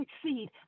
succeed